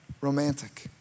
romantic